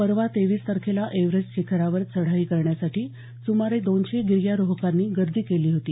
परवा तेवीस तारखेला एव्हरेस्ट शिखरावर चढाई करण्यासाठी सुमारे दोनशे गिर्यारोहकांनी गर्दी केली होती